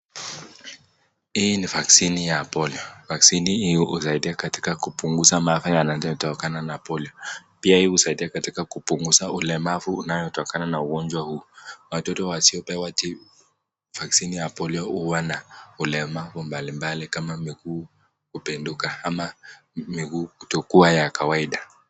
Hii ni vaccine ya polio vaccine hii husaidia katika kuounguza maafa yanayotokana na polio, pia hii husaidia katika kupunguza ulemavu uanotokana na ugonjwa huu, watoto wasiopewa vaccine ya polio huwa na ulemavu mbalimbali kama miguu kupenduka, ama miguu kutokuwa ya kawaida.